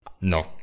No